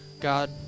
God